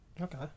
Okay